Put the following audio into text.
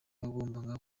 wagombaga